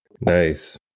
nice